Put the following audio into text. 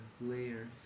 layers